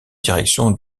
direction